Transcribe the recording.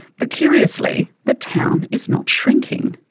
but curiously the town is not shrinking.